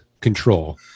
control